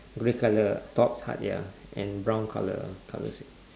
grey colour top part ya and brown colour colour same